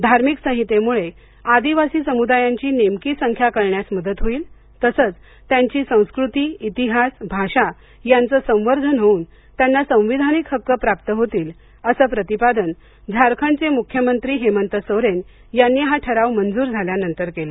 धार्मिक संहितेमुळे आदिवासी समुदायांची नेमकी संख्या कळण्यास मदत होईल तसंच त्यांची संस्कृती इतिहास भाषा यांचं संवर्धन होऊन त्यांना संविधानिक हक्क प्राप्त होतील असं प्रतिपादन झारखंड चे मुख्यमंत्री हेमंत सोरेन यांनी हा ठराव मंजूर झाल्यानंतर केलं